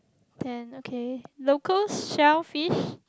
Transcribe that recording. ten okay locals sell fish